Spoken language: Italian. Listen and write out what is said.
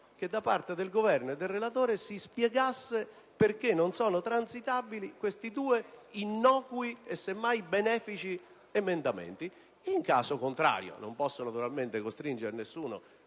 che da parte del Governo e del relatore si spiegasse perché non possono essere accolti questi due innocui, semmai benefici, emendamenti. In caso contrario (non posso naturalmente costringere nessuno